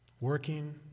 Working